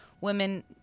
women